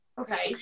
Okay